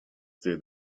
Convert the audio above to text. through